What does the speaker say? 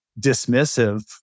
dismissive